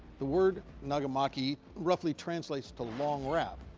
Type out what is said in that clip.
the word nagamaki roughly translates to long wrap,